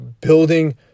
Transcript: building